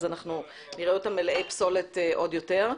אז אנחנו נראה אותם מלאי פסולת עוד יותר.